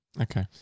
Okay